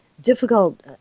difficult